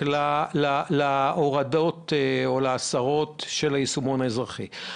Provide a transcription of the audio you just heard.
לבין הורדות או הסרות של היישומון האזרחי.